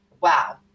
wow